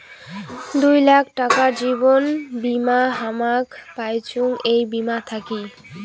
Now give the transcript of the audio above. দুই লাখ টাকার জীবন বীমা হামাক পাইচুঙ এই বীমা থাকি